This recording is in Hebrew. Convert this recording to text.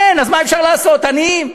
אין, אז מה אפשר לעשות, עניים.